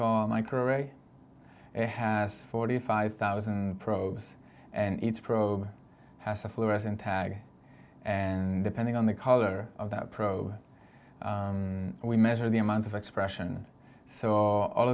microarray a has forty five thousand probes and each probe has a fluorescent tag and depending on the color of that probe we measure the amount of expression so all